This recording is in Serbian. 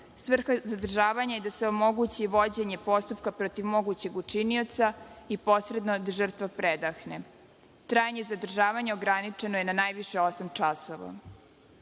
Svrha zadržavanja je i da se omogući vođenje postupka protiv mogućeg učinioca i posredno da žrtva predahne. Trajanje i zadržavanje ograničeno je na najviše osam